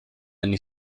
anni